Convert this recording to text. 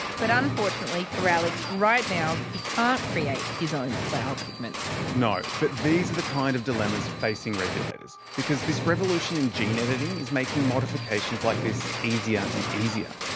but unfortunately for alex, right now he can't create his own flower pigments. no, but these are the kind of dilemmas facing regulators, because this revolution in gene editing is making modifications like this easier and easier.